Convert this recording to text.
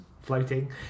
floating